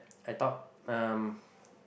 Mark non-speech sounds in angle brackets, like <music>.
I thought um <breath>